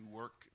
work